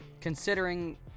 Considering